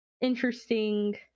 interesting